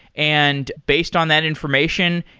and based on that information,